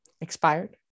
Expired